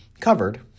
Covered